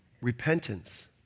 Repentance